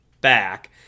back